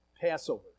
Passover